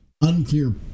Unclear